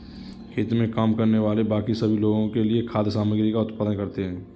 खेत में काम करने वाले बाकी सभी लोगों के लिए खाद्य सामग्री का उत्पादन करते हैं